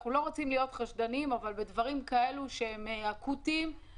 אנחנו לא רוצים להיות חשדניים אבל בדברים כאלו שהם אקוטיים,